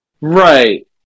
Right